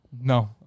No